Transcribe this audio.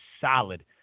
solid